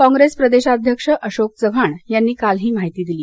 कॉंप्रेस प्रदेशाध्यक्ष अशोक चव्हाण यांनी काल ही माहिती दिली